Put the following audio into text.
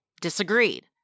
disagreed